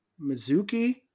Mizuki